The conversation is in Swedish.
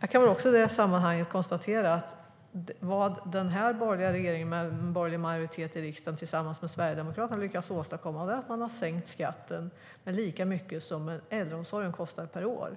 Jag kan väl i sammanhanget också konstatera att det den borgerliga regeringen, som har borgerlig majoritet i riksdagen tillsammans med Sverigedemokraterna, har lyckats åstadkomma är att sänka skatten med lika mycket som äldreomsorgen kostar per år